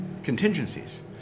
contingencies